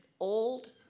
old